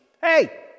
Hey